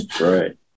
Right